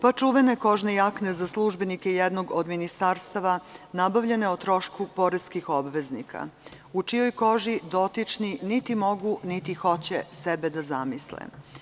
Pa čuvene kožne jakne za službenike jednog od ministarstava, nabavljene o trošku poreskih obveznika, u čijoj koži dotični niti mogu niti hoće sebe da zamisle.